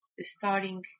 starting